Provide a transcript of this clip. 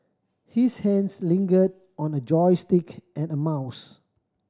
his hands lingered on a joystick and a mouse